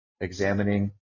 examining